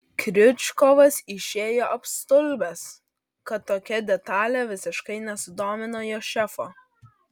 kriučkovas išėjo apstulbęs kad tokia detalė visiškai nesudomino jo šefo